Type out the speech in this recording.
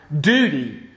duty